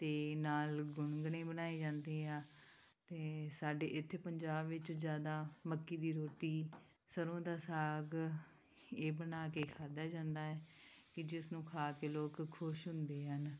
ਅਤੇ ਨਾਲ ਗੁੰਨਗੁਨੇ ਬਣਾਏ ਜਾਂਦੇ ਆ ਅਤੇ ਸਾਡੇ ਇੱਥੇ ਪੰਜਾਬ ਵਿੱਚ ਜ਼ਿਆਦਾ ਮੱਕੀ ਦੀ ਰੋਟੀ ਸਰੋਂ ਦਾ ਸਾਗ ਇਹ ਬਣਾ ਕੇ ਖਾਧਾ ਜਾਂਦਾ ਹੈ ਕਿ ਜਿਸ ਨੂੰ ਖਾ ਕੇ ਲੋਕ ਖੁਸ਼ ਹੁੰਦੇ ਹਨ